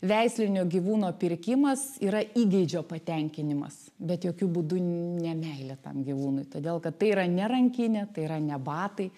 veislinio gyvūno pirkimas yra įgeidžio patenkinimas bet jokiu būdu ne meilė tam gyvūnui todėl kad tai yra ne rankinė tai yra ne batai